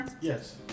Yes